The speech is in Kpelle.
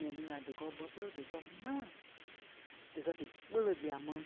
Nɛnii ŋai díkɛ bɛi pere díkɛ mãla, díkɛ dí kpele dia máŋ.